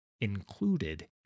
included